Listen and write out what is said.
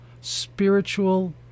spiritual